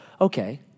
Okay